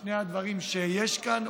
שני הדברים שיש כאן,